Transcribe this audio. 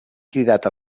cridat